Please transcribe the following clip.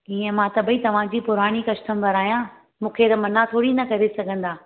ईअं मां त भई तव्हांजी पुरानी कस्टबर आहियां मूंखे त मना थोरी करे सघंदा